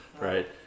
right